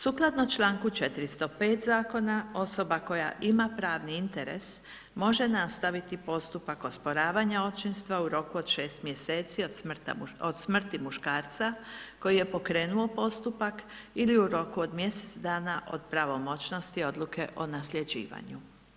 Sukladno članku 405. zakona osoba koja ima pravni interes može nastaviti postupak osporavanja očinstva u roku od 6 mjeseci od smrti muškarca koji je pokrenuo postupak ili u roku od mjesec dana od pravomoćnosti odluke o nasljeđivanju.